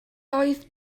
oedd